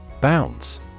Bounce